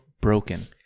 broken